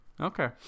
Okay